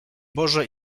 boże